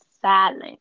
silent